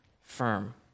firm